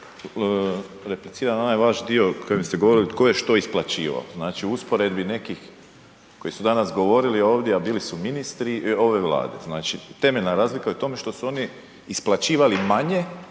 Repliciram na onaj vaš dio u kojem ste govorili tko je što isplaćivao. Znači u usporedbi nekih koji su danas govorili ovdje, a bili su ministri ove Vlade, znači temeljna razlika je u tome što su oni isplaćivali manje